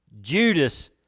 Judas